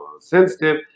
sensitive